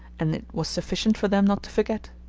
and it was sufficient for them not to forget.